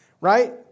Right